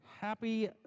Happy